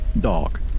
dog